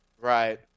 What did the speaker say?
Right